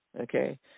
Okay